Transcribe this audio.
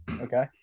Okay